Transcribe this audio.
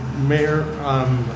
Mayor